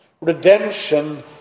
Redemption